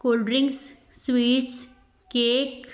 cold drinks sweets cake